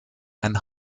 ein